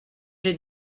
j’ai